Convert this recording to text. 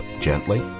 gently